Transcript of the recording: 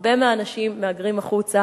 הרבה מהאנשים מהגרים החוצה,